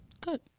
Good